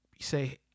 say